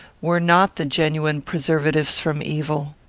were not the genuine preservatives from evil.